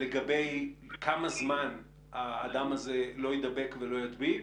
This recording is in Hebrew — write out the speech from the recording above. לגבי כמה זמן האדם הזה לא יידבק ולא ידביק?